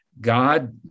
God